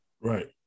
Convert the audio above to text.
Right